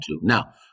Now